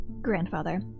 grandfather